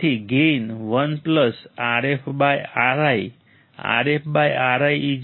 તેથી gain 1RfRi